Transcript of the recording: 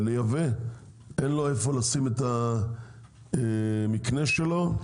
לייבא אין לו איפה לשים את המקנה שלו,